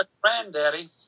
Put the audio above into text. granddaddy